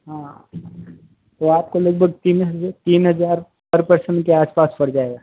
हाँ तो आपको लगभग तीन तीन हजार पर पर्सन के आसपास पड़ जाएगा